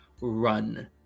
run